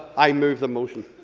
i move the motion.